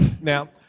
Now